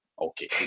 okay